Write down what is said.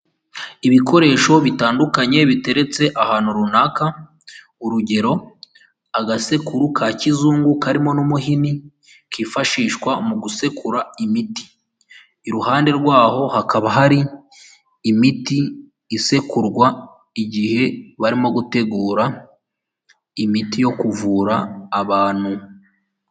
Ibikoresho bitandukanye biteretse ahantu runaka, urugero agasekuru ka kizungu karimo n'umuhini, kifashishwa mu gusekura imiti, iruhande rwaho hakaba hari imiti isekurwa igihe barimo gutegura imiti yo kuvura abantu.